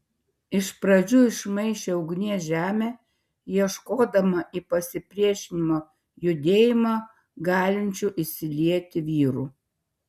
iš pradžių išmaišė ugnies žemę ieškodama į pasipriešinimo judėjimą galinčių įsilieti vyrų